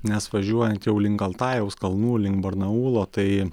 nes važiuojant jau link altajaus kalnų link barnaulo tai